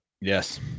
Yes